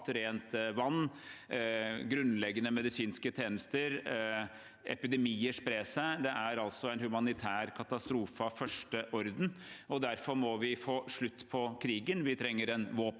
rent vann og grunnleggende medisinske tjenester, og at epidemier sprer seg. Det er altså en humanitær katastrofe av første orden. Derfor må vi få slutt på krigen. Vi trenger en våpenhvile.